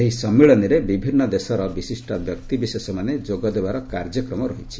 ଏହି ସମ୍ମିଳନୀରେ ବିଭିନ୍ନ ଦେଶର ବିଶିଷ୍ଟ ବ୍ୟକ୍ତି ବିଶେଷମାନେ ଯୋଗଦେବାର କାର୍ଯ୍ୟକ୍ରମ ରହିଛି